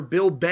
Bill